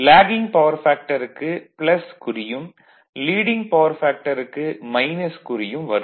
lagging power ஃபேக்டருக்கு "" குறியும் leading power ஃபேக்டருக்கு "-" குறியும் வரும்